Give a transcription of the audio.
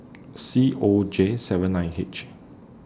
C O J seven nine H